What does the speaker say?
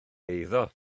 eiddo